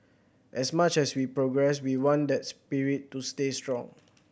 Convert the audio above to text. as much as we progress we want that spirit to stay strong